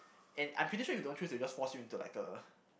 and I'm pretty sure if you don't choose they will just force you into like a